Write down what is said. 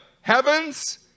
heavens